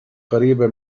قريبة